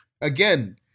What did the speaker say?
Again